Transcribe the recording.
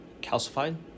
calcified